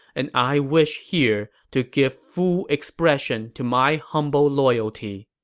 and i wish here to give full expression to my humble loyalty.